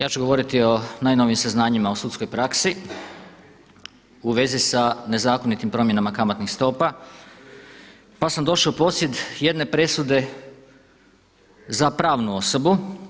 Ja ću govoriti o najnovijim saznanjima u sudskoj praksi u vezi sa nezakonitim promjenama kamatnih stopa, pa sam došao u posjed jedne presude za pravnu osobu.